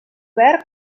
verb